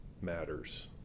matters